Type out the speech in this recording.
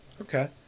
Okay